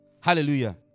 Hallelujah